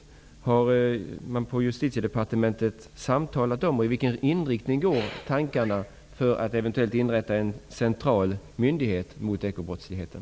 I vilken riktning går tankarna på Justitiedepartementet när det gäller frågan om att eventuellt inrätta en central myndighet för insatser mot ekobrottsligheten?